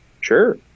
sure